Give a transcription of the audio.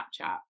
Snapchat